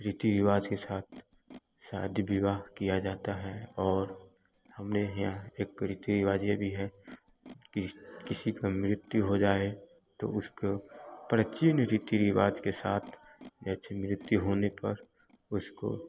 रीति रिवाज के साथ शादी विवाह किया जाता है और हमने यहाँ एक रीति रिवाज में भी है किस किसी को मृत्यु हो जाए तो उसको प्राचीन रीति रिवाज से साथ मृत्यु होने पर उसको